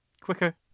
Quicker